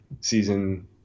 Season